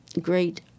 great